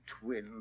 twin